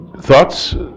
Thoughts